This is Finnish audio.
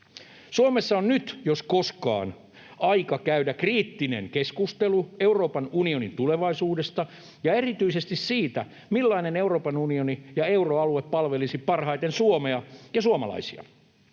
Suomessa on nyt jos koskaan aika käydä kriittinen keskustelu Euroopan unionin tulevaisuudesta ja erityisesti siitä, millainen Euroopan unioni ja euroalue palvelisi parhaiten Suomea ja suomalaisia.